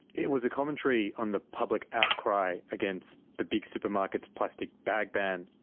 it was a commentary on the public outcry against the big supermarkets' plastic bag ban.